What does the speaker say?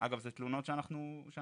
אגב אלו תלונות שאנחנו מכירים,